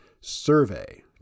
survey